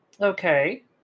okay